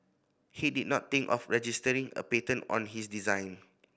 he did not think of registering a patent on his design